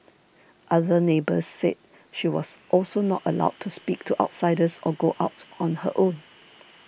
other neighbours said she was also not allowed to speak to outsiders or go out on her own